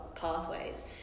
pathways